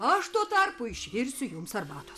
aš tuo tarpu išvirsiu jums arbatos